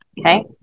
okay